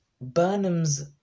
Burnham's